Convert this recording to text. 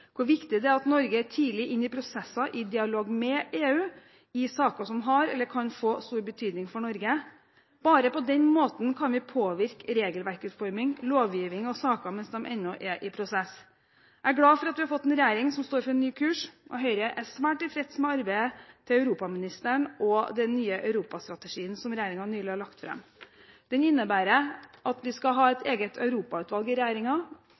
hvor viktig det er at Norge er tidlig inne i prosesser i dialog med EU i saker som har eller kan få stor betydning for Norge. Bare på den måten kan vi påvirke regelverkutforming, lovgiving og saker mens de ennå er i prosess. Jeg er glad for at vi har fått en regjering som står for en ny kurs, og Høyre er svært tilfreds med arbeidet til europaministeren og den nye europastrategien som regjeringen nylig har lagt fram. Den innebærer at vi skal ha et eget europautvalg i